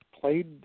played